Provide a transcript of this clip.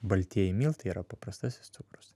baltieji miltai yra paprastasis cukrus